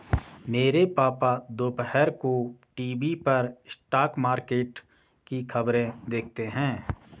मेरे पापा दोपहर को टीवी पर स्टॉक मार्केट की खबरें देखते हैं